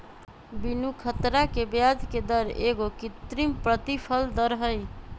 बीनू ख़तरा के ब्याजके दर एगो कृत्रिम प्रतिफल दर हई